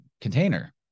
container